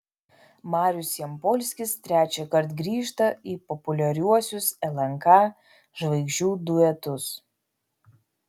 marius jampolskis trečiąkart grįžta į populiariuosius lnk žvaigždžių duetus